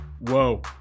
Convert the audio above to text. whoa